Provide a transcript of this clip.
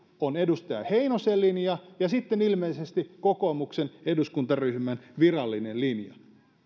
on edustaja heinosen linja ja sitten ilmeisesti kokoomuksen eduskuntaryhmän virallinen linja